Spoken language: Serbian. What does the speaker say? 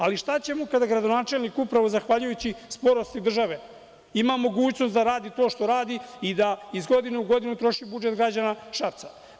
Ali, šta ćemo kada gradonačelnik upravo zahvaljujući sporosti države ima mogućnost da radi to što radi i da iz godine u godinu troši budžet građana Šapca.